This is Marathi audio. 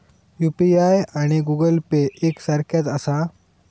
यू.पी.आय आणि गूगल पे एक सारख्याच आसा?